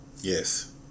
Yes